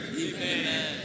Amen